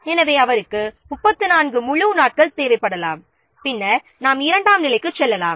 எனவே அவருக்கு 34 முழு நாட்கள் தேவைப்படலாம் பின்னர் நாம் 2 ஆம் நிலைக்கு செல்லலாம்